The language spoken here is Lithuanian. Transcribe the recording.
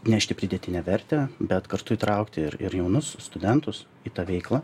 nešti pridėtinę vertę bet kartu įtraukti ir ir jaunus studentus į tą veiklą